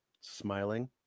Smiling